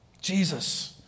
Jesus